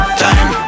time